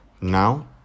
now